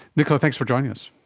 nicola, thanks for joining us.